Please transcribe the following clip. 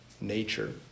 nature